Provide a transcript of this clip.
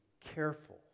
careful